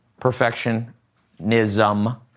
perfectionism